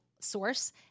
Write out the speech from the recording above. source